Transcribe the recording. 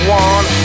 one